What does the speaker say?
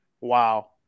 wow